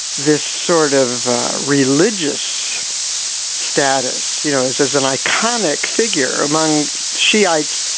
this sort of religious status. you know, this is an iconic figure among shiites,